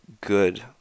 good